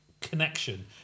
connection